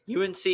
UNC